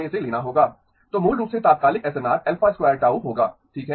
तो मूल रूप से तात्कालिक एसएनआर α 2 Γ होगा ठीक है